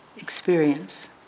experience